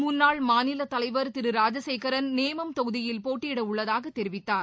முன்னாள் மாநில தலைவர் திரு ராஜசேகரன் நேமம் தொகுதியில் போட்டியிட உள்ளதாக தெரிவித்தார்